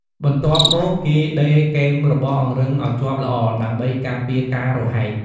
បន្ទាប់មកគេដេរគែមរបស់អង្រឹងឲ្យជាប់ល្អ ដើម្បីការពារការរហែក។